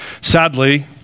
Sadly